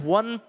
one